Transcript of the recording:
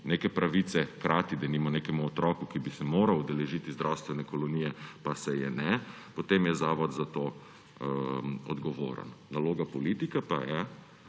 neke pravice krati, denimo nekemu otroku, ki bi se moral udeležiti zdravstvene kolonije, pa se je ne, potem je zavod za to odgovoren. Naloga politika pa je,